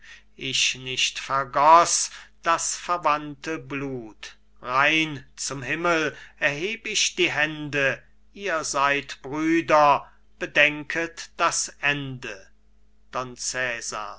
ich nicht vergoß das verwandte blut nein zum himmel erheb ich die hände ihr seid brüder bedenket das ende